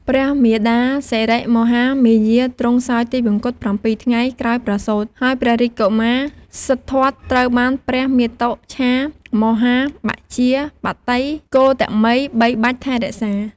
ព្រះមាតាសិរិមហាមាយា ទ្រង់សោយទិវង្គត ៧ ថ្ងៃក្រោយប្រសូត ហើយព្រះរាជកុមារសិទ្ធត្ថត្រូវបានព្រះមាតុច្ឆាមហាបជាបតីគោតមីបីបាច់រក្សា។